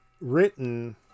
written